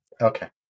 Okay